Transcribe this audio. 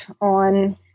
on –